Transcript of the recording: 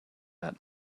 out